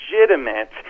legitimate